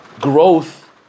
growth